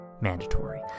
mandatory